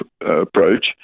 approach